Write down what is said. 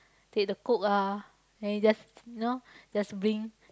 take the coke ah then you just you know just bring